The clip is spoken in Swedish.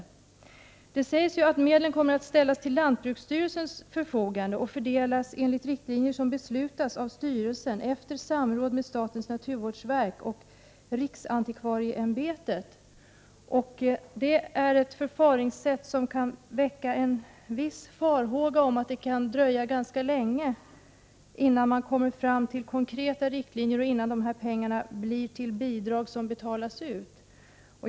Jordbruksministern säger att medlen kommer att ställas till lantbruksstyrelsens förfogande och fördelas enligt riktlinjer som beslutas av styrelsen efter samråd med statens naturvårdsverk och riksantikvarieämbetet. Det är ett förfaringssätt som kan väcka vissa farhågor för att det kan dröja ganska länge innan några konkreta riktlinjer har utarbetats och innan dessa pengar finns i form av bidrag som kan betalas ut.